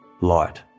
light